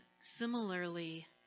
similarly